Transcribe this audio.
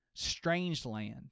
Strangeland